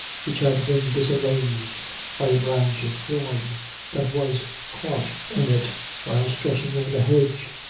which had been disarranged by a branch of thorn that was caught in it while stretching over the hedge.